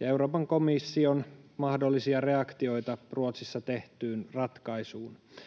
ja Euroopan komission mahdollisia reaktioita Ruotsissa tehtyyn ratkaisuun.